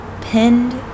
pinned